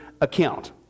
account